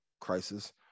crisis